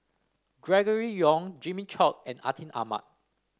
Gregory Yong Jimmy Chok and Atin Amat